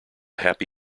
happy